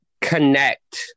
connect